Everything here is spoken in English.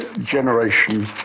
generation